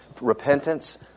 Repentance